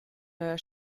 neuer